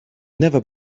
never